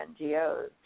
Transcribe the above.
NGOs